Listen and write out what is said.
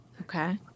Okay